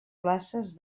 places